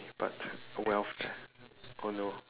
but welfare oh no